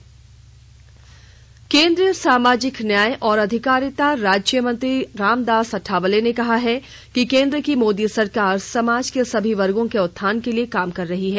रामदास अठावले केन्द्रीय सामाजिक न्याय और अधिकारिता राज्य मंत्री रामदास अठावले ने कहा है कि केन्द्र की मोदी सरकार समाज के सभी वर्गो के उत्थान के लिये काम कर रही है